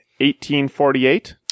1848